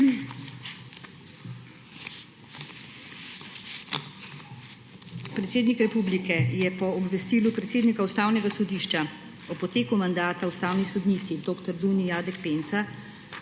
Predsednik republike po obvestilu predsednika Ustavnega sodišča o poteku mandata ustavni sodnici dr. Dunji Jadek Pensa